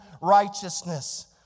righteousness